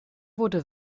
wurde